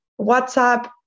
WhatsApp